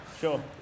Sure